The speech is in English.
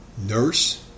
nurse